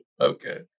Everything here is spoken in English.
Okay